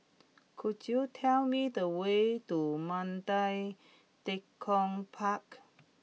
could you tell me the way to Mandai Tekong Park